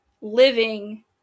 living